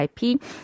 ip